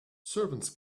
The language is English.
servants